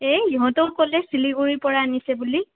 এই ইহঁতও ক'লে চিলিগুৰি পৰা আনিছে বুলি